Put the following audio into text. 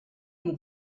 you